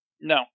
No